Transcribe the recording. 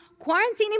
quarantining